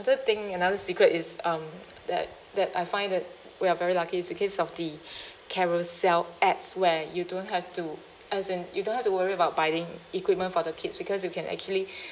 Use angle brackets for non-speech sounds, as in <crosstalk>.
another thing another secret is um that that I find that we are very lucky is because of the <breath> carousell apps where you don't have to as in you don't have to worry about buying equipment for the kids because you can actually <breath>